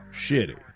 shitty